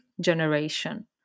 generation